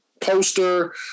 poster